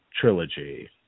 Trilogy